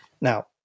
Now